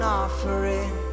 offering